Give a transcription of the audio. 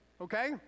okay